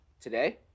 today